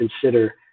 consider